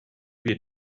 wir